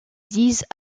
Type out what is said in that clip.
disent